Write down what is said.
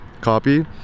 copy